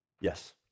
Yes